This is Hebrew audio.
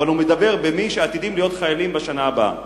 אבל הוא מדבר בפני מי שעתידים להיות חיילים בשנה הבאה.